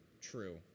True